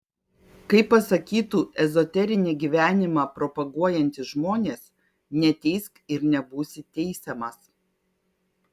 kaip pasakytų ezoterinį gyvenimą propaguojantys žmonės neteisk ir nebūsi teisiamas